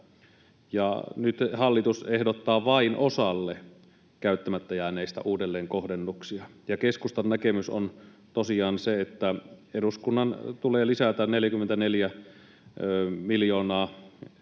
Nyt hallitus ehdottaa vain osalle käyttämättä jääneistä uudelleenkohdennuksia. Keskustan näkemys on tosiaan se, että eduskunnan tulee lisätä 44 miljoonaa